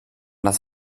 das